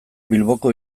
bilboko